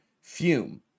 Fume